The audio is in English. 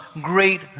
great